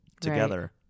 together